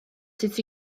sut